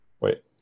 wait